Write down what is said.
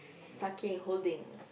sakae holding